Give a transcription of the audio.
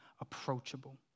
approachable